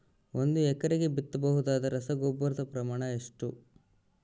ಒಂದು ಎಕರೆಗೆ ಬಿತ್ತಬಹುದಾದ ರಸಗೊಬ್ಬರದ ಪ್ರಮಾಣ ಎಷ್ಟು?